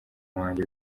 wanjye